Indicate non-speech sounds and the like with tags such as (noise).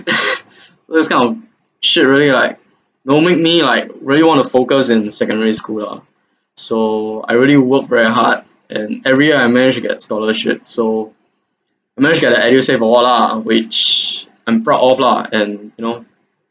(laughs) this kind of shit really like you know make me like really want to focus in secondary school lah so I really work very hard and every year I managed to get scholarship so I managed get the edusave award lah which I'm proud of lah and you know